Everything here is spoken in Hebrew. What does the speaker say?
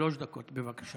שלוש דקות, בבקשה.